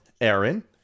Aaron